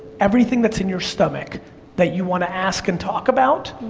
everything that's in your stomach that you wanna ask and talk about,